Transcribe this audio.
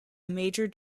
major